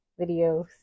videos